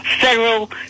federal